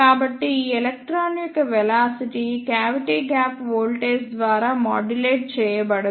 కాబట్టి ఈ ఎలక్ట్రాన్ యొక్క వెలాసిటీ క్యావిటీ గ్యాప్ వోల్టేజ్ ద్వారా మాడ్యులేట్ చేయబడదు